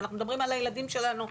אנחנו מדברים על הילדים שלנו,